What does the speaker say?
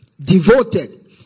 devoted